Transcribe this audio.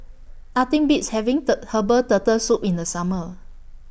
Nothing Beats having Herbal Turtle Soup in The Summer